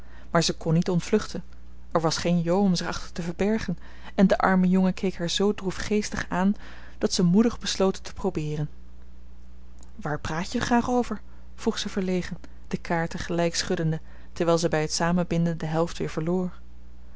maar ze kon niet ontvluchten er was geen jo om zich achter te verbergen en de arme jongen keek haar zoo droefgeestig aan dat ze moedig besloot het te probeeren waar praat je graag over vroeg zij verlegen de kaarten gelijkschuddende terwijl ze bij het samenbinden de helft weer verloor